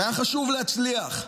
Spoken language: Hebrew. היה חשוב להצליח,